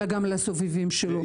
אלא גם לסובבים אותו.